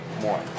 more